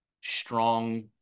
strong